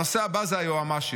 הנושא הבא זה היועמ"שית.